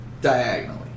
Diagonally